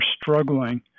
struggling